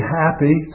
happy